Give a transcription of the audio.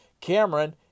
Cameron